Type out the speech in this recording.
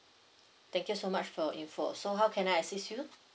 thank you so much for your info so how can I assist you